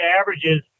averages